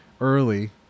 early